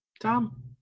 Tom